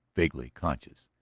vaguely conscious.